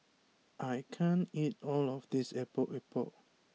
I can't eat all of this Epok Epok